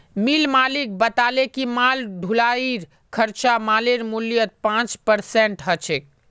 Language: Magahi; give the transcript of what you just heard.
मिल मालिक बताले कि माल ढुलाईर खर्चा मालेर मूल्यत पाँच परसेंट ह छेक